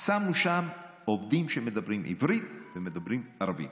שמו שם עובדים שמדברים עברים ומדברים ערבית,